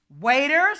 waiters